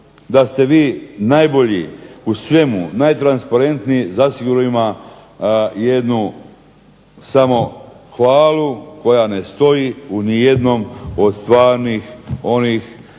da ste vi najbolji u svemu, najtransparentniji zasigurno ima i jednu samohvalu koja ne stoji u ni jednom od stvarnih onih